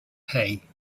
hey